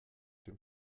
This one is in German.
dem